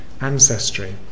ancestry